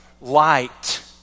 light